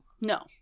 No